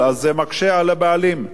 זה מקשה על הבעלים.